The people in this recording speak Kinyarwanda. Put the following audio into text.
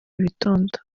witonda